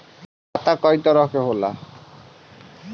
खाता क तरह के होला?